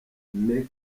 meek